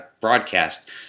broadcast